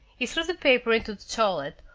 he threw the paper into the toilet,